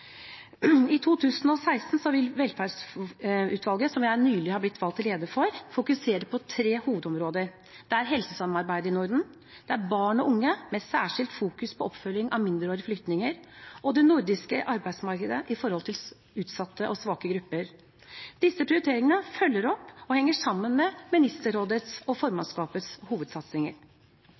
I 2016 vil velferdsutvalget, som jeg nylig ble valgt til leder for, fokusere på tre hovedområder. Det er helsesamarbeid i Norden, det er barn og unge – med særskilt vekt på oppfølging av mindreårige flyktninger – og det er det nordiske arbeidsmarkedet for utsatte og svake grupper. Disse prioriteringene følger opp og henger sammen med Ministerrådets og formannskapets hovedsatsinger.